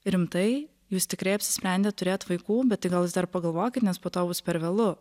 rimtai jūs tikrai apsisprendėt turėt vaikų bet tai gal jūs dar pagalvokit nes po to bus per vėlu